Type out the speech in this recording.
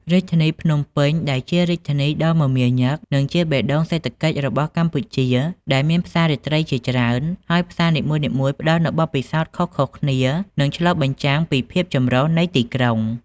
រាជធានីភ្នំពេញ ដែលជារាជធានីដ៏មមាញឹកនិងជាបេះដូងសេដ្ឋកិច្ចរបស់កម្ពុជា ដែលមានផ្សាររាត្រីជាច្រើន ហើយផ្សារនីមួយៗផ្ដល់នូវបទពិសោធន៍ខុសៗគ្នា និងឆ្លុះបញ្ចាំងពីភាពចម្រុះនៃទីក្រុង។